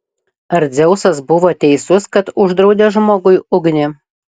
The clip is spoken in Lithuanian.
ar dzeusas buvo teisus kad uždraudė žmogui ugnį